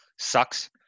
sucks